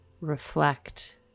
reflect